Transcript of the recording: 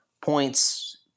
points